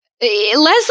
Leslie